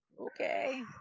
okay